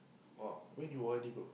!wow! when you O_R_D bro